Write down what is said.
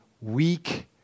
weak